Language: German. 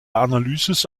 analysis